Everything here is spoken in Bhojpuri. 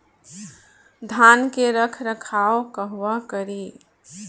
धान के रख रखाव कहवा करी?